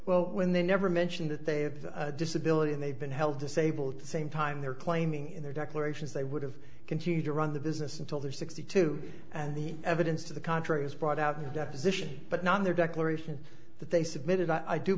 well when they never mention that they have a disability and they've been held disabled the same time they're claiming in their declarations they would have continued to run the business until they're sixty two and the evidence to the contrary was brought out of your deposition but not in their declaration that they submitted i